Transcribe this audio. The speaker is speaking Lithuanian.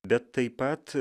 bet taip pat